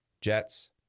Jets